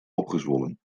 opgezwollen